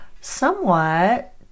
somewhat